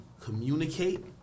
communicate